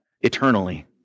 eternally